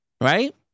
Right